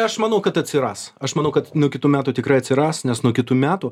aš manau kad atsiras aš manau kad nuo kitų metų tikrai atsiras nes nuo kitų metų